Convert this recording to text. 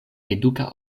eduka